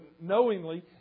knowingly